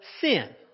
sin